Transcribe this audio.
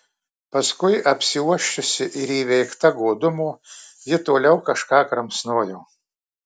paskui apsiuosčiusi ir įveikta godumo ji toliau kažką kramsnojo